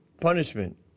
punishment